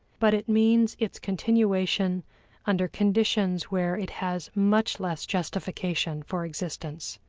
but it means its continuation under conditions where it has much less justification for existence.